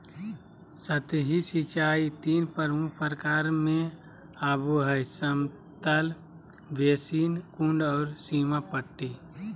सतही सिंचाई तीन प्रमुख प्रकार में आबो हइ समतल बेसिन, कुंड और सीमा पट्टी